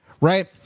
Right